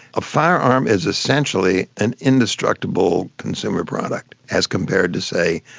a firearm is essentially an indestructible consumer product, as compared to, say,